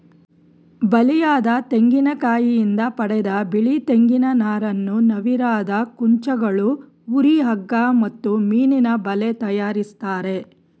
ಬಲಿಯದ ತೆಂಗಿನಕಾಯಿಂದ ಪಡೆದ ಬಿಳಿ ತೆಂಗಿನ ನಾರನ್ನು ನವಿರಾದ ಕುಂಚಗಳು ಹುರಿ ಹಗ್ಗ ಮತ್ತು ಮೀನಿನಬಲೆ ತಯಾರಿಸ್ತರೆ